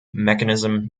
mechanism